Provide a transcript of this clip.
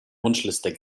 wunschliste